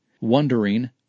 wondering